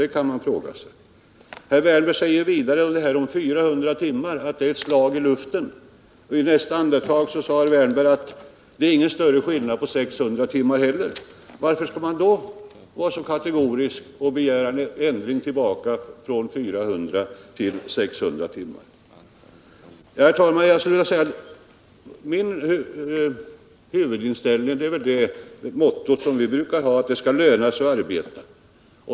Herr Wärnberg sade vidare om 400 timmar att det är ett slag i luften. I nästa andetag sade herr Wärnberg att det inte är någon större skillnad på 400 timmar och 600 timmar. Varför är man då så kategorisk och begär en ändring från 400 tillbaka till 600 timmar? Min huvudinställning är densamma som det motto vi har, att det skall löna sig att arbeta.